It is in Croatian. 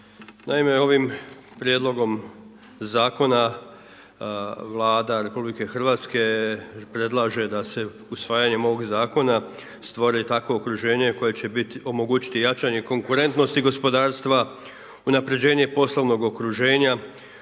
Naime ovim prijedlogom Zakona, Vlada Republike Hrvatske predlaže da se usvajanjem ovog Zakona stvore takvo okruženje koje će omogućiti jačanje konkurentnosti i gospodarstva, unapređenje poslovnog okruženja,